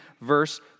verse